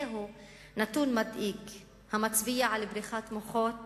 זהו נתון מדאיג המצביע על בריחת מוחות